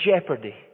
jeopardy